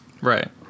Right